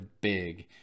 big